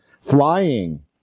flying